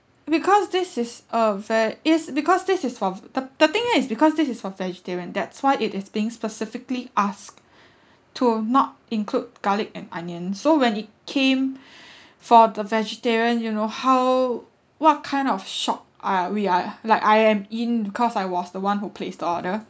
because this is a ve~ it's because this is for the the thing is because this is for vegetarian that's why it is being specifically asked to not include garlic and onion so when it came for the vegetarian you know how what kind of shock ah we are like I am in because I was the one who placed the order